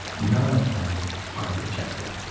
none of them are protected